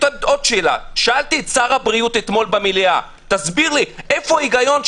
שאלתי את שר הבריאות אתמול במליאה: איפה ההיגיון,